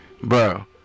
Bro